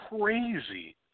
crazy